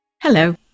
Hello